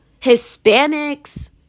Hispanics